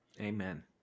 Amen